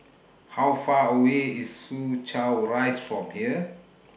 How Far away IS Soo Chow Rise from here